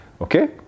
Okay